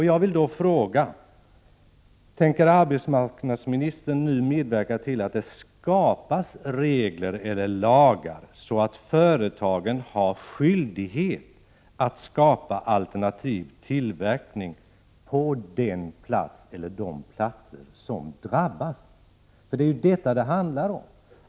Jag vill fråga: Tänker arbetsmarknadsministern nu medverka till att det skapas regler eller lagar som gör att företagen har skyldighet att skapa alternativ tillverkning på den plats eller de platser som drabbas? Det är ju detta det handlar om.